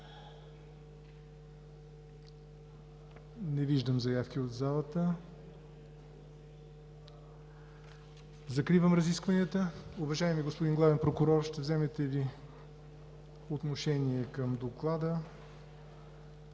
Не виждам. Закривам разискванията. Уважаеми господин Главен прокурор, ще вземете ли отношение към Доклада